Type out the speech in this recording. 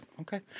Okay